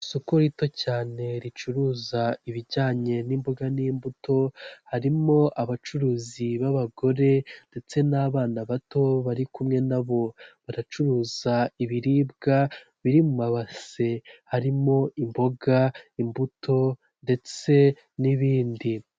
Isoko rito cyane ricuruza ibijyanye n'imboga n'imbuto, harimo abacuruzi b'abagore ndetse n'abana bato bari kumwe na bo baracuruza ibiribwa biri mu mabase harimo imboga imbuto ndetse n'ibindi.